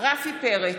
רפי פרץ,